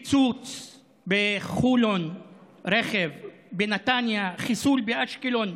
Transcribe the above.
פיצוץ בחולון, רכב בנתניה, חיסול באשקלון.